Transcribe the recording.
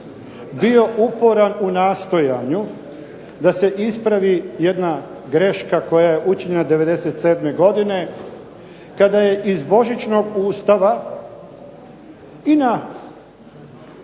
bio uporan u nastojanju da se ispravi jedna greška koja je učinjena '97. godine kada je iz "božićnog Ustava" i na